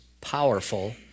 powerful